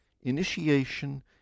Initiation